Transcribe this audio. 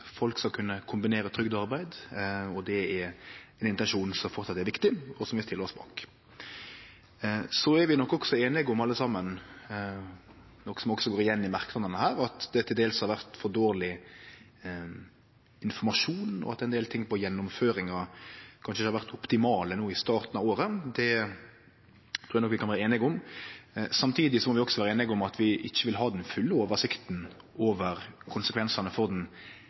folk skal kunne kombinere trygd og arbeid. Det er ein intensjon som framleis er viktig, og som vi stiller oss bak. Vi er nok alle saman einige om – noko som også går igjen i merknadene her – at det til dels har vore for dårleg informasjon, og at ein del ting ved gjennomføringa kanskje ikkje har vore optimalt no i starten av året. Det trur eg nok vi kan vere einige om. Samtidig må vi også vere einige om at vi ikkje vil ha den fulle oversikta over konsekvensane for den